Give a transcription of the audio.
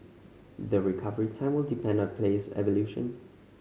the recovery time will depend on the player's evolution